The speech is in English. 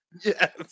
Yes